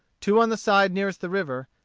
two on the side nearest the river,